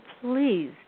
please